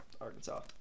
Arkansas